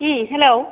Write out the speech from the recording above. hello